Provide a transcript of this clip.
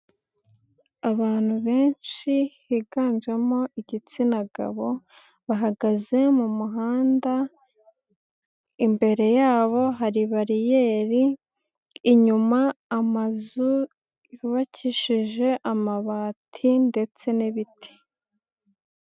Abantu benshi biganjemo igitsina gabo, bahagaze mu muhanda, imbere yabo hari bariyeri, inyuma amazu yubakishije amabati ndetse n'ibiti.